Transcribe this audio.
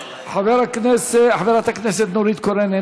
חברת הכנסת נורית קורן,